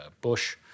Bush